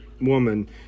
woman